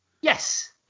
Yes